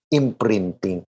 imprinting